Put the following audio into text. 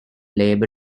labor